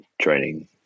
training